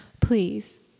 Please